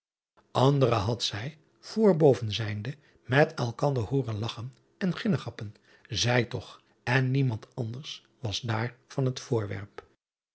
ndere had zij voorboven zijnde met elkander hooren lagchen en ginnegappen zij toch en niemand anders was daar van het voorwerp